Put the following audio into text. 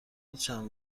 چند